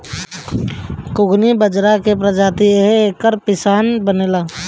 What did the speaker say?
कुगनी बजरा के प्रजाति ह एकर पिसान बनेला